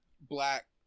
black